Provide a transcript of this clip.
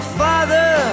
father